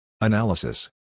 Analysis